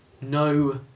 No